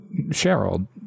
Cheryl